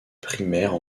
primaires